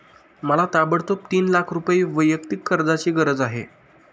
मला ताबडतोब तीन लाख रुपये वैयक्तिक कर्जाची गरज आहे